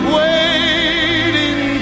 waiting